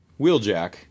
Wheeljack